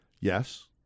Yes